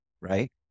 right